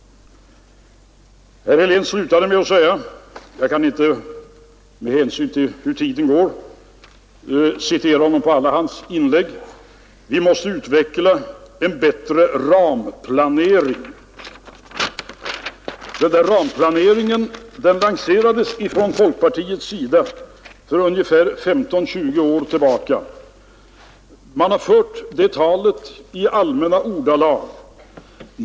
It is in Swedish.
Så övergår jag till herr Helén. Av tidsskäl kan jag inte här kommentera allt vad herr Helén tog upp. Jag vill bara ta upp vad han avslutningsvis sade om att vi måste ha en bättre ramplanering. Denna ramplanering lanserades från folkpartiets sida för ungefär 15—20 år sedan. Man har hela tiden fört detta tal i allmänna ordalag.